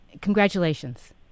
Congratulations